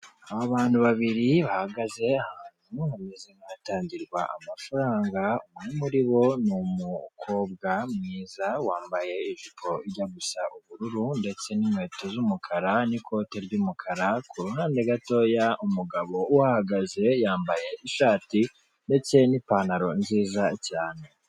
Aba bantu babiri bahagaze ahantu hameze nk'ahatangirwa amafaranga, umwe muri bo ni umukobwa mwiza wambaye ijipo ijya gusa ubururu ndetse n'inkweto z'umukara n'ikote ry'umukara, ku hande gatoya umugabo uhahagaze yambaye ishati ndetse n'ipantaro nziza cyane.